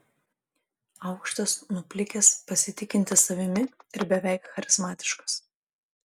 aukštas nuplikęs pasitikintis savimi ir beveik charizmatiškas